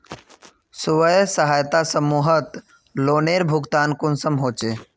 स्वयं सहायता समूहत लोनेर भुगतान कुंसम होचे?